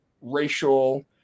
racial